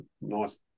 nice